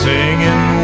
Singing